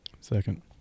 Second